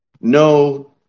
No